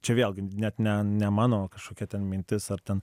čia vėlgi net ne ne mano kažkokia ten mintis ar ten